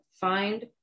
find